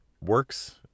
works